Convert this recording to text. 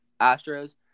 Astros